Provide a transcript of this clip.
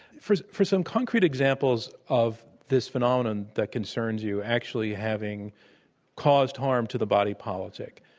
for for some concrete examples of this phenomenon that concerns you, actually having caused harm to the body politic,